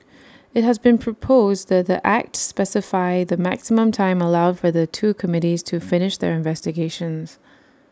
IT has been proposed that the act specify the maximum time allowed for the two committees to finish their investigations